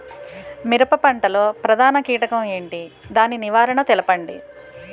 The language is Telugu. మిరప పంట లో ప్రధాన కీటకం ఏంటి? దాని నివారణ తెలపండి?